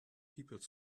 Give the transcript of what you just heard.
people